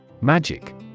Magic